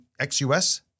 XUS